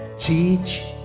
teach